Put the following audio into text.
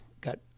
got